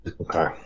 Okay